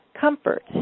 comfort